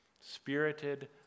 Spirited